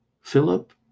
Philip